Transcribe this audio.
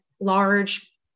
large